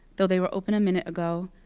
though they were open a minute ago,